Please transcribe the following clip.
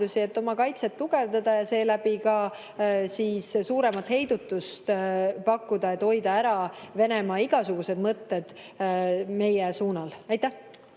et oma kaitset tugevdada ja seeläbi ka suuremat heidutust pakkuda, et hoida ära Venemaa igasugused mõtted meie suunal.